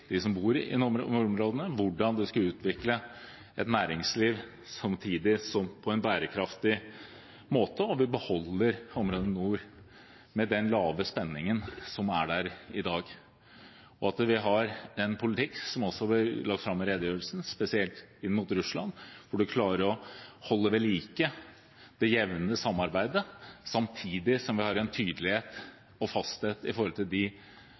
som bor i nordområdene og hvordan man skal utvikle et næringsliv på en bærekraftig måte, samtidig som vi beholder den lave spenningen som er i områdene i nord i dag, og har en politikk – som også ble lagt fram i redegjørelsen – spesielt overfor Russland, hvor man klarer å holde ved like det jevne samarbeidet, samtidig som vi har en tydelighet og fasthet med hensyn til de